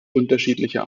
unterschiedlicher